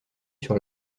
sur